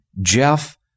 Jeff